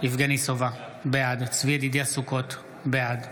יבגני סובה, בעד צבי ידידיה סוכות, בעד